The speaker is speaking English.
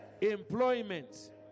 employment